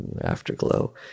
Afterglow